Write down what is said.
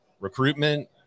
recruitment